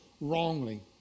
wrongly